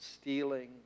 stealing